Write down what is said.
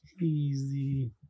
Easy